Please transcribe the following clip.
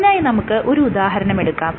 അതിനായ് നമുക്ക് ഒരു ഉദാഹരണമെടുക്കാം